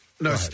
No